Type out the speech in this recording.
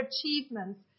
achievements